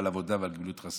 על העבודה ועל גמילות חסדים.